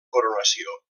coronació